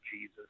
Jesus